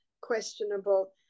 questionable